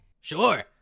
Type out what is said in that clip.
Sure